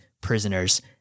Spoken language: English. prisoners